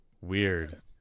weird